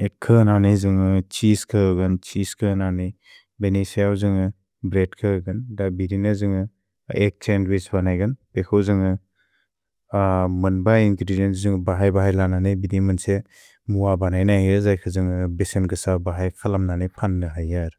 Egg ख लनने द्जुन्ग छीसे ख लनने, छीसे ख लनने, बेने सय द्जुन्ग ब्रेअद् ख लनगन्। द बिदे ने द्जुन्ग एग्ग् सन्द्विछ् बनगन्, पेखो द्जुन्ग मन्बए इन्ग्रेदिएन्त्स् द्जुन्ग बहए बहए लनने, बिदे मेन् त्से मुअ बनने न हिर्जै ख द्जुन्ग बेसेन् कस बहए खलम् नने पन्ने हयर्।